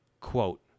quote